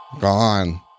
Gone